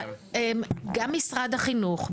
גם משרד החינוך.